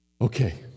Okay